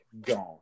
Gone